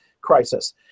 crisis